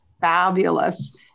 fabulous